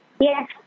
Yes